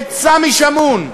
את סמי שמעון,